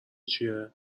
چیه